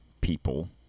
people